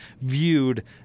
viewed